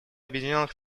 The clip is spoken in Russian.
объединенных